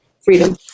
freedom